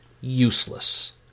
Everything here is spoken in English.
useless